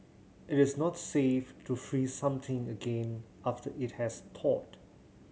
it is not safe to freeze something again after it has thawed